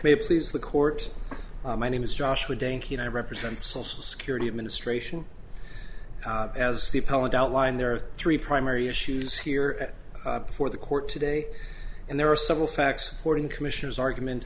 may please the court my name is joshua day i represent social security administration as the appellant outline there are three primary issues here and before the court today and there are several facts fourteen commissioners argument